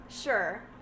Sure